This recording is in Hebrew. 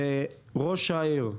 ראש העיר,